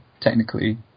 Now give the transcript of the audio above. technically